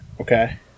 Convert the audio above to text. Okay